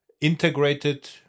integrated